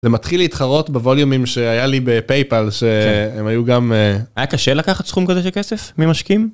זה מתחיל להתחרות בווליומים שהיה לי ב-paypal שהם היו גם. היה קשה לקחת סכום כזה של כסף, ממשקיעים?